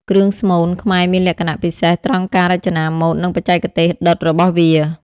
គ្រឿងស្មូន ខ្មែរមានលក្ខណៈពិសេសត្រង់ការរចនាម៉ូដ និងបច្ចេកទេសដុតរបស់វា។